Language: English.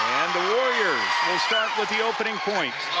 the warriors will start with the opening point.